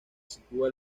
sitúa